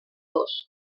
dos